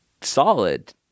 solid